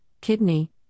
kidney